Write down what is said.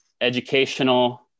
educational